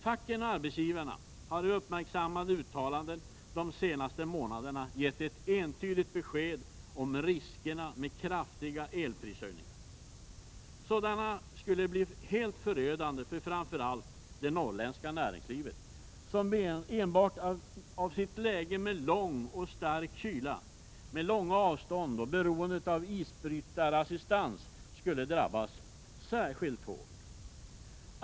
Facken och arbetsgivarna har i uppmärksammade uttalanden de senaste månaderna gett ett entydigt besked om riskerna med kraftiga elprishöjningar. Sådana skulle bli helt förödande för framför allt det norrländska näringslivet, som enbart på grund av sitt läge med lång och stark kyla, långa avstånd och beroendet av isbrytarassistans, skulle drabbas särskilt hårt.